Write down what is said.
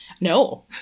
No